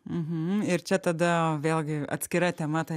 mhm ir čia tada vėlgi atskira tema ta